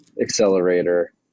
accelerator